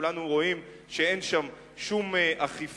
שכולנו רואים שאין שם שום אכיפה,